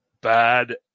bad